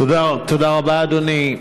תודה רבה, אדוני.